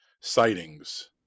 sightings